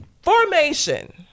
Formation